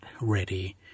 ready